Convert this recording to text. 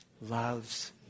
loves